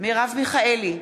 מרב מיכאלי,